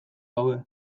daude